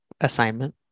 assignment